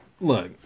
look